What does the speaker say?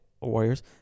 warriors